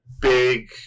big